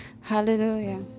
Hallelujah